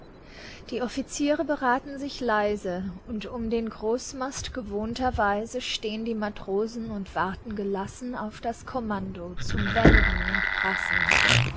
die offiziere berathen sich leise und um den großmast gewohnter weise stehn die matrosen und warten gelassen auf das kommando zum wenden und brassen